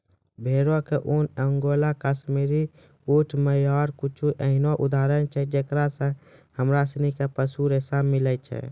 भेड़ो के ऊन, अंगोला, काश्मीरी, ऊंट, मोहायर कुछु एहनो उदाहरण छै जेकरा से हमरा सिनी के पशु रेशा मिलै छै